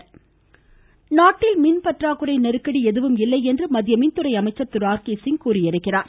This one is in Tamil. ஆர் கே சிங் நாட்டில் மின்பற்றாக்குறை நெருக்கடி எதுவும் இல்லை என்று மத்திய மின்துறை அமைச்சர் திரு ஆர் கே சிங் தெரிவித்திருக்கிறார்